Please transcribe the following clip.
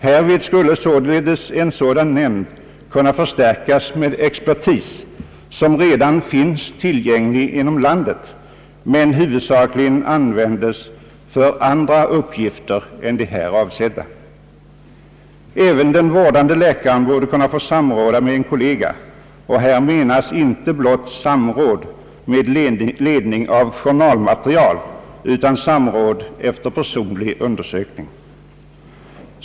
Här skulle alltså nämnden kunna förstärkas med expertis, som redan finns tillgänglig inom landet men som huvudsakligen användes för andra uppgifter än de här avsedda. Även den vårdande läkaren borde kunna få samråda med en kollega; och här avses inte blott samråd med ledning av journalmaterial utan samråd efter personlig undersökning.